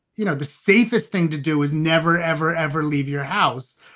you know, the safest thing to do is never, ever, ever leave your house.